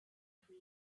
every